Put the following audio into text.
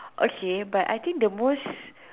okay but I think the most